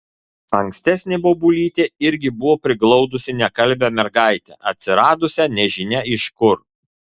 ankstesnė bobulytė irgi buvo priglaudusi nekalbią mergaitę atsiradusią nežinia iš kur